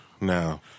now